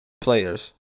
players